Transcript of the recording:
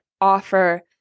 offer